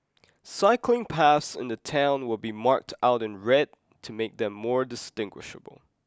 cycling paths in the town will be marked out in red to make them more distinguishable